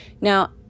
Now